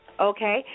Okay